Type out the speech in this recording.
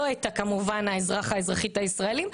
לא את האזרח או האזרחית הישראלים,